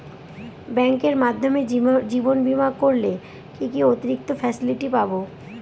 ব্যাংকের মাধ্যমে জীবন বীমা করলে কি কি অতিরিক্ত ফেসিলিটি পাব?